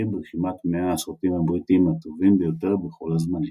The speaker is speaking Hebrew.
ברשימת 100 הסרטים הבריטים הטובים ביותר בכל הזמנים.